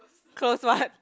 close what